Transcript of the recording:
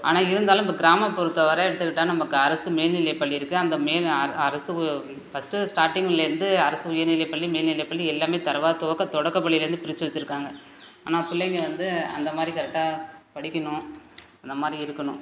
ஆனால் இருந்தாலும் இப்போ கிராம பொறுத்த வர எடுத்துக்கிட்டால் நமக்கு அரசு மேல் நிலைப்பள்ளி இருக்கு அந்த மேல் மேல் அரசு உ ஃபர்ஸ்டு ஸ்டார்டிங்லந்து அரசு உயர்நிலைப்பள்ளி மேல்நிலைப்பள்ளி எல்லாமே தரவா துவக்க தொடக்கபள்ளியிலே பிரிச்சு வச்சிருக்காங்க ஆனால் பிள்ளைங்கள வந்து அந்த மாதிரி கரெக்டாக படிக்கணும் அந்த மாதிரி இருக்கணும்